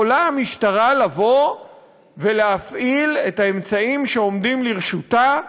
יכולה המשטרה להפעיל את האמצעים שעומדים לרשותה,